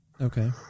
Okay